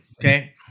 Okay